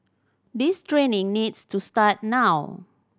this training needs to start now